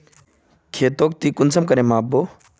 खेतोक ती कुंसम करे माप बो?